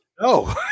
No